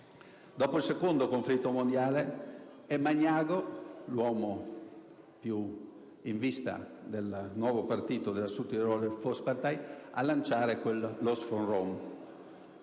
Dopo il secondo conflitto mondiale è Magnago, l'uomo più in vista del nuovo partito della Südtiroler Volkspartei, a lanciare quel «*l**os**